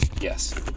yes